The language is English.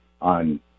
on